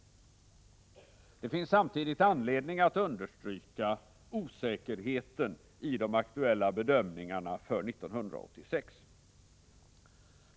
Det finns också anledning understryka osäkerheten i de aktuella bedömningarna för 1986.